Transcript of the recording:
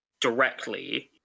directly